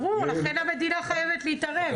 ברור, לכן המדינה חייבת להתערב.